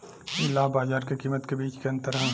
इ लाभ बाजार के कीमत के बीच के अंतर ह